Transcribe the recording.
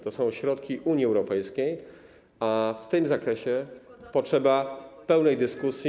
To są środki Unii Europejskiej, a w tym zakresie potrzeba pełnej dyskusji.